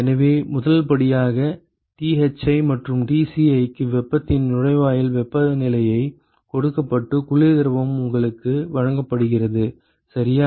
எனவே முதல் படியாக Thi மற்றும் Tci க்கு வெப்பத்தின் நுழைவாயில் வெப்பநிலை கொடுக்கப்பட்டு குளிர் திரவம் உங்களுக்கு வழங்கப்படுகிறது சரியா